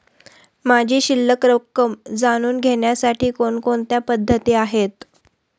माझी शिल्लक रक्कम जाणून घेण्यासाठी कोणकोणत्या पद्धती आहेत?